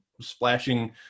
splashing